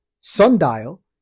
sundial